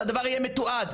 שהדבר יהיה מתועד,